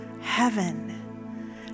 heaven